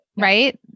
right